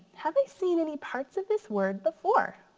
seen any parts of this word before?